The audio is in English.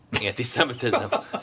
Anti-Semitism